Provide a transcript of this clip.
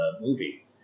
movie